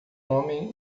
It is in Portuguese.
homem